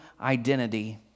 identity